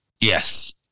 Yes